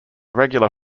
regular